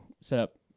setup